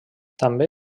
també